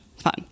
fun